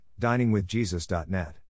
DiningwithJesus.net